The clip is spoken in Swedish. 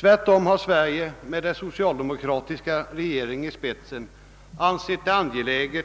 Tvärtom har Sverige med dess socialdemokratiska regering i spetsen ansett det angeläget